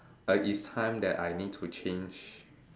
is time that I need to change